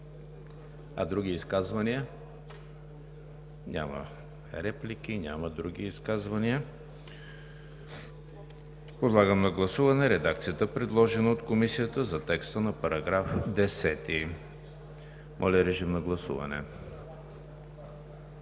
А други изказвания? Няма реплики. Няма други изказвания. Подлагам на гласуване редакцията, предложена от Комисията за текста на § 10. Гласували